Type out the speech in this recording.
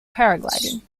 paragliding